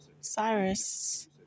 Cyrus